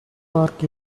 mark